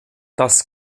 das